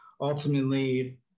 ultimately